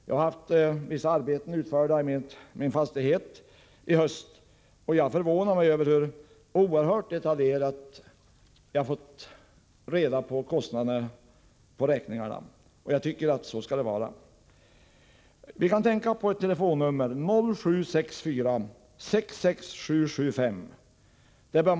Jag har fått vissa arbeten utförda i min fastighet, och jag förvånar mig över hur oerhört detaljerat jag har fått reda på kostnaderna på räkningarna. Jag tycker att så skall det vara. Ett telefonnummer som man bör lägga på minnet är 0764—-66775.